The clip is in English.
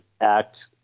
act